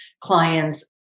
clients